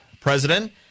president